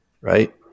right